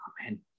Amen